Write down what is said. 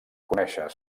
conèixer